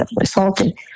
assaulted